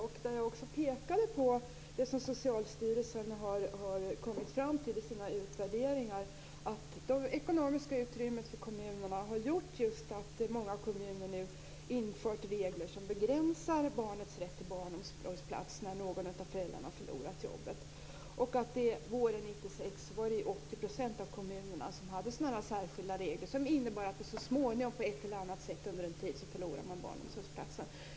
Jag pekade också på det som Socialstyrelsen har kommit fram till i sina utvärderingar, att det ekonomiska utrymmet för kommunerna har gjort att många kommuner nu har infört regler som begränsar barns rätt till barnomsorgsplats när någon av föräldrarna har förlorat jobbet. Våren 1996 var det 80 % av kommunerna som hade särskilda regler av den här typen, och det innebar att man så småningom på ett eller annat sätt förlorade barnomsorgsplatsen.